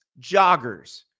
joggers